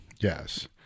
Yes